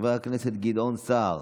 חבר הכנסת גדעון סער,